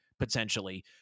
Potentially